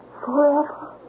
forever